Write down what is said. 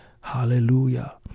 Hallelujah